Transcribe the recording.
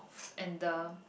and the